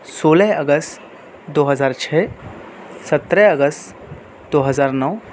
سولہ اگست دو ہزار چھ سترہ اگست دو ہزار نو